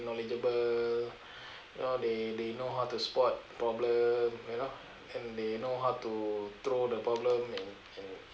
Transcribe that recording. knowledgeable you know they they know how to spot problem you know and they know how to throw the problem in in